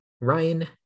Ryan